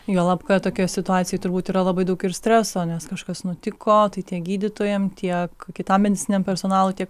juolab kad tokioj situacijoj turbūt yra labai daug streso nes kažkas nutiko tai tiek gydytojam tiek kitam medicininiam personalui tiek